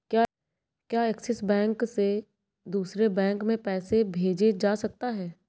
क्या ऐक्सिस बैंक से दूसरे बैंक में पैसे भेजे जा सकता हैं?